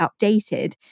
updated